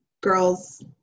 girls